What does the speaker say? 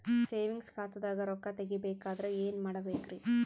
Savings ಖಾತಾದಾಗ ರೊಕ್ಕ ತೇಗಿ ಬೇಕಾದರ ಏನ ಮಾಡಬೇಕರಿ?